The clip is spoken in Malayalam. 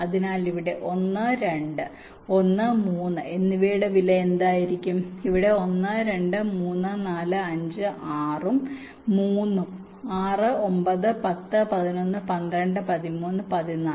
അതിനാൽ ഇവിടെ 1 2 1 3 എന്നിവയുടെ വില എന്തായിരിക്കും ഇവിടെ 1 2 3 4 5 6 ഉം 3 ഉം 6 9 10 11 12 13 14